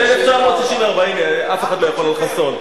אף אחד לא יכול על חסון.